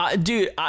Dude